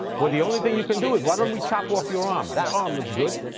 well, the only thing you can do is, why don't we chop off your arm? that arm looks good.